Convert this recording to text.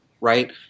right